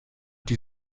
die